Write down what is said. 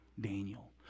Daniel